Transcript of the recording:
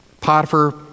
Potiphar